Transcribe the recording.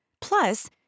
Plus